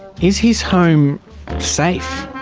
is his home safe?